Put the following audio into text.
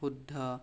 শুদ্ধ